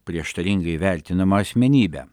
prieštaringai vertinamą asmenybę